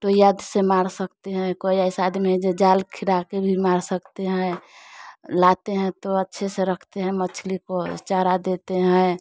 टुईया से मार सकते हैं कोई ऐसा आदमी है जो जाल खिरा के भी मार सकते हैं लाते हैं तो अच्छे से रखते हैं मछली को चारा देते हैं